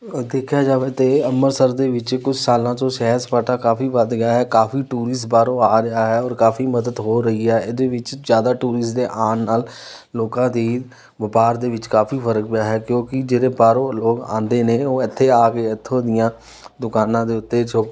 ਦੇਖਿਆ ਜਾਵੇ ਤਾਂ ਅੰਮ੍ਰਿਤਸਰ ਦੇ ਵਿੱਚ ਕੁਛ ਸਾਲਾਂ ਤੋਂ ਸੈਰ ਸਪਾਟਾ ਕਾਫੀ ਵੱਧ ਗਿਆ ਹੈ ਕਾਫੀ ਟੂਰਿਸਟ ਬਾਹਰੋਂ ਆ ਰਿਹਾ ਹੈ ਔਰ ਕਾਫੀ ਮਦਦ ਹੋ ਰਹੀ ਹੈ ਇਹਦੇ ਵਿੱਚ ਜ਼ਿਆਦਾ ਟੂਰਿਸਟ ਦੇ ਆਉਣ ਨਾਲ ਲੋਕਾਂ ਦੀ ਵਪਾਰ ਦੇ ਵਿੱਚ ਕਾਫੀ ਫਰਕ ਪਿਆ ਹੈ ਕਿਉਂਕਿ ਜਿਹੜੇ ਬਾਹਰੋਂ ਲੋਕ ਆਉਂਦੇ ਨੇ ਉਹ ਇੱਥੇ ਆ ਕੇ ਇੱਥੋਂ ਦੀਆਂ ਦੁਕਾਨਾਂ ਦੇ ਉੱਤੇ ਜੋ